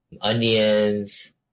onions